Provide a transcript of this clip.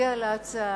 נצביע על ההצעה.